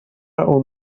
اون